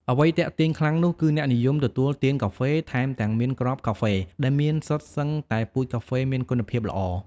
អ្វីទាក់ទាញខ្លាំងនោះ គឺអ្នកនិយមទទួលទានកាហ្វេ ថែមទាំងមានគ្រាប់កាហ្វេ ដែលមានសុទ្ធសឹងតែពូជកាហ្វេមានគុណភាពល្អ។